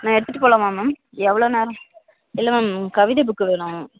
நான் எடுத்துகிட்டு போகலாமா மேம் எவ்வளோ நேரம் இல்லை மேம் கவிதை புக்கு வேணும்